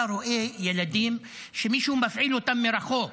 אתה רואה ילדים שמישהו מפעיל אותם מרחוק,